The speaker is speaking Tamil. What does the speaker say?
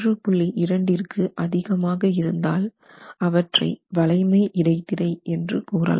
2 இரண்டிற்கு அதிகமாக இருந்தால் அவற்றை வளைமை இடைத்திரை என்று கூறலாம்